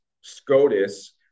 SCOTUS